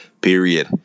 period